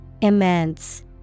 immense